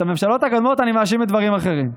את הממשלות הקודמות אני מאשים בדברים אחרים.